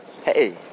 Hey